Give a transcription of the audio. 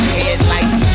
headlights